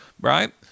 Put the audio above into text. Right